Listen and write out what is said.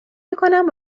میکنم